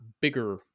bigger